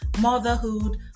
motherhood